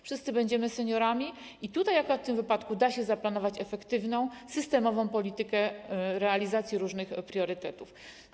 Wszyscy będziemy seniorami i tutaj akurat, w tym wypadku, da się zaplanować efektywną, systemową politykę realizacji różnych priorytetów.